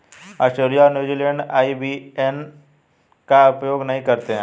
Australia और New Zealand IBAN का उपयोग नहीं करते हैं